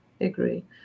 Agree